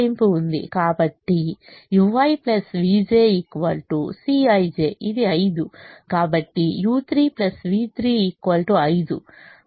కాబట్టి ui vj Cij ఇది 5 కాబట్టి u3 v2 5 1 v2 5 కాబట్టి v2 అనేది 6